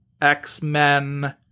X-Men